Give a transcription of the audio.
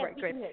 great